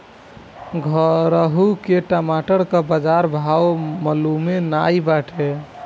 घुरहु के टमाटर कअ बजार भाव मलूमे नाइ बाटे